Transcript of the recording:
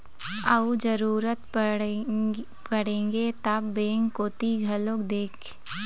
अउ जरुरत पड़गे ता बेंक कोती घलोक देख